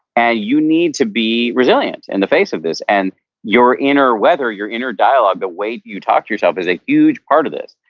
and you need to be resilient in the face of this, and your inner weather, your inner dialogue, the way you talk to yourself is a huge part of this.